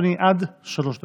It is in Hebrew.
בבקשה, אדוני, עד שלוש דקות.